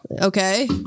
Okay